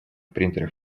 принтерах